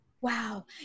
Wow